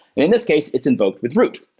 in this case, it's invoked with root.